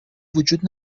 وجود